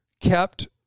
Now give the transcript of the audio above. kept